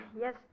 Yes